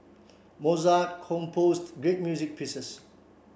Mozart composed great music pieces